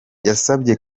yasabye